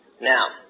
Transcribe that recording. Now